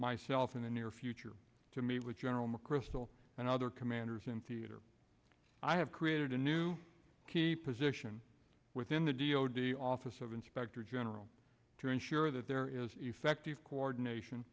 myself in the near future to meet with general mcchrystal and other commanders in theater i have created a new key position within the d o d office of inspector general to ensure that there is effective coordination